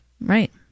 Right